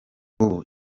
ubu